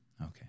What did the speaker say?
Okay